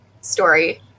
story